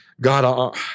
God